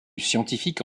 scientifique